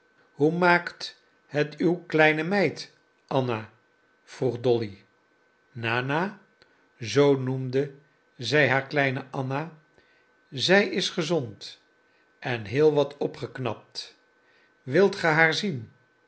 hoe maakt het uw kleine meid anna vroeg dolly nana zoo noemde zij haar kleine anna zij is gezond en heel wat opgeknapt wilt ge haar zien